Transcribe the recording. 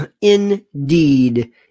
indeed